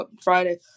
Friday